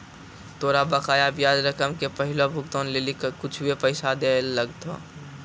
तोरा बकाया ब्याज रकम के पहिलो भुगतान लेली कुछुए पैसा दैयल लगथा